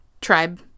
tribe